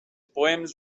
poems